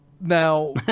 Now